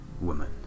woman